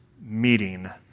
meeting